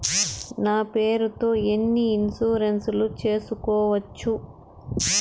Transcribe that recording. నా పేరుతో ఎన్ని ఇన్సూరెన్సులు సేసుకోవచ్చు?